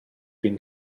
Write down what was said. been